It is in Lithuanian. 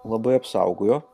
labai apsaugojo